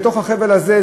בתוך החבל הזה,